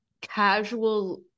casual –